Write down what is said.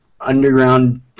underground